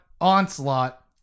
Onslaught